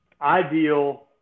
ideal –